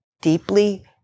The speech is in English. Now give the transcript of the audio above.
deeply